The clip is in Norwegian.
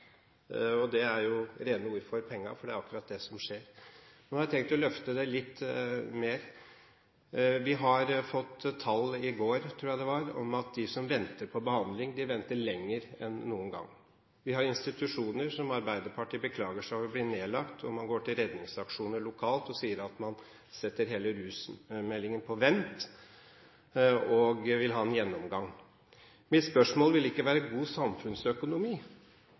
Det er jo rene ord for pengene, for det er jo akkurat det som skjer. Nå har jeg tenkt å løfte dette litt mer: Vi har fått tall – i går, tror jeg det var – som viser at de som venter på behandling, venter lenger enn noen gang. Vi har institusjoner som Arbeiderpartiet beklager seg over at blir nedlagt, man får redningsaksjoner lokalt, og man sier at man setter hele rusmeldingen på vent – og vil ha en gjennomgang. Mitt spørsmål er: Vil det ikke være god samfunnsøkonomi